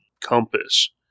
compass